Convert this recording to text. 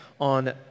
on